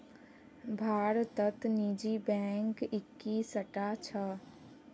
भारतत निजी बैंक इक्कीसटा छ